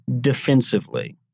defensively